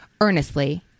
earnestly